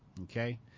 Okay